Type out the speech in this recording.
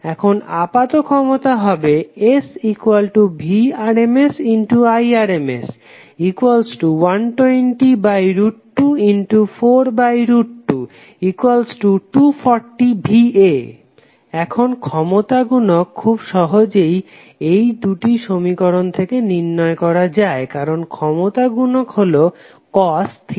এখন আপাত ক্ষমতা হবে SVrmsIrms120242240 VA এখন ক্ষমতা গুনক খুব সহজেই এই দুটি সমীকরণ থেকে নির্ণয় করা যায় কারণ ক্ষমতা গুনক হলো cos v i